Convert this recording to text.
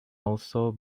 also